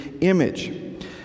image